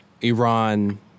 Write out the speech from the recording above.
Iran